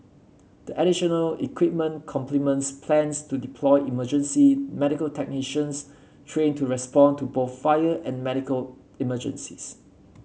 the additional equipment complements plans to deploy emergency medical technicians trained to respond to both fire and medical emergencies